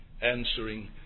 answering